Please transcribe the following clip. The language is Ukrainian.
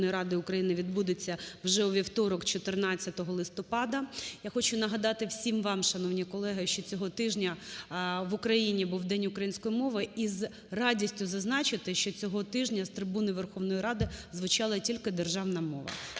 Верховної Ради України відбудеться вже у вівторок 14 листопада. Я хочу нагадати всім вам, шановні колеги, що цього тижня в Україні був День української мови, і з радістю зазначити, що цього тижня з трибуни Верховної Ради звучала тільки державна мова.